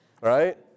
right